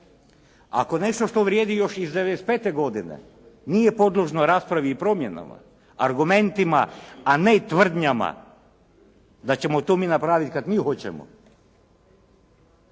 Ako nešto što vrijedi još iz 95. godine nije podložno raspravi i promjenama, argumentima a ne tvrdnjama da ćemo to mi napraviti kad mi hoćemo